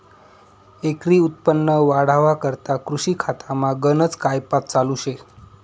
एकरी उत्पन्न वाढावा करता कृषी खातामा गनज कायपात चालू शे